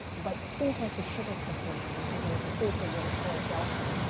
but things like the sugar kiss melon, which is an exclusive to the store, gelson,